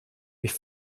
mich